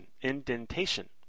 indentation